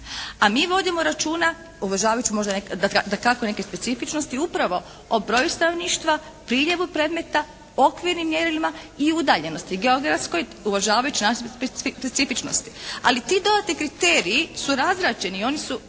a mi vodimo računa uvažavajući možda neke, dakako neke specifičnosti upravo o broju stanovništva, priljevu predmeta, okvirnim mjerilima i udaljenosti geografskoj uvažavajući specifičnosti. Ali ti dodatni kriteriji su razrađeni i oni su